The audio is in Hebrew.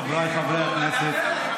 חבריי חברי הכנסת,